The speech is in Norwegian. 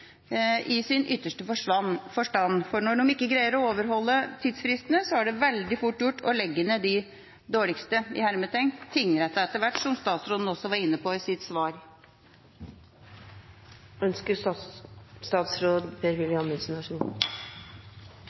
i sin ytterste forstand, for når de ikke greier å overholde tidsfristene, er det veldig fort gjort å legge ned de «dårligste» tingrettene etter hvert, som også statsråden var inne på i sitt svar.